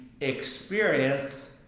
experience